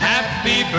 Happy